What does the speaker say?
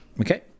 Okay